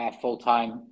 full-time